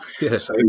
Yes